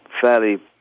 fairly